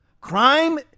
Crime